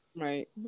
right